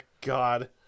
God